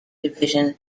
division